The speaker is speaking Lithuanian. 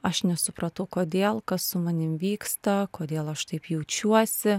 aš nesupratau kodėl kas su manim vyksta kodėl aš taip jaučiuosi